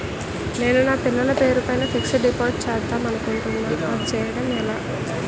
నేను నా పిల్లల పేరు పైన ఫిక్సడ్ డిపాజిట్ చేద్దాం అనుకుంటున్నా అది చేయడం ఎలా?